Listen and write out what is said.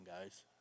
guys